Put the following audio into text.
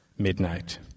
midnight